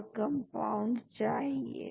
और इसको नए स्कैफोल्ड से बदल देते हैं